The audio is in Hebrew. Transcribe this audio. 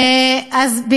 אני תכף אסביר הכול.